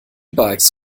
bikes